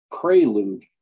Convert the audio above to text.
prelude